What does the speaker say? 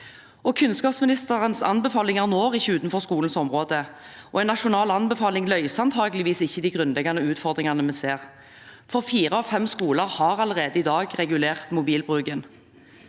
Kunnskapsministerens anbefalinger når ikke utenfor skolens område, og en nasjonal anbefaling løser antageligvis ikke de grunnleggende utfordringene vi ser, for fire av fem skoler har allerede i dag regulert mobilbruken.